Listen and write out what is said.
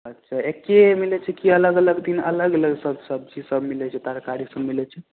अच्छा एके मिलै छै कि अलग अलग दिन अलग अलगसब सब्जीसब मिलै छै तरकारीसब मिलै छै